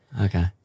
Okay